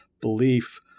belief